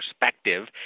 perspective